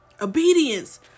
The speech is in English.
Obedience